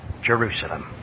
Jerusalem